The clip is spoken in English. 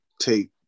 take